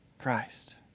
Christ